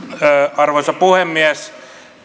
arvoisa puhemies